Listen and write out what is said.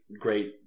great